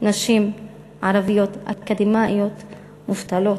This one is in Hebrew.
נשים ערביות אקדמאיות מובטלות.